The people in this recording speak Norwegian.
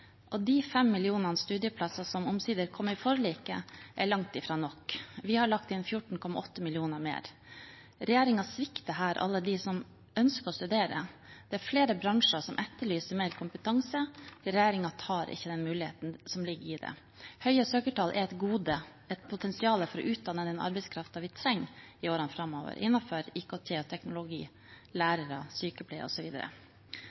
og de 5 millionene til studieplasser som omsider kom i forliket, er langt fra nok. Vi har lagt inn 14,8 mill. kr mer. Regjeringen svikter her alle dem som ønsker å studere. Det er flere bransjer som etterlyser mer kompetanse. Regjeringen tar ikke den muligheten som ligger i det. Høye søkertall er et gode, et potensial for å utdanne den arbeidskraften vi trenger i årene framover, innenfor IKT og teknologi,